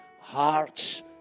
heart's